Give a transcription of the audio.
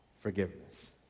forgiveness